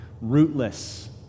rootless